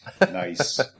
Nice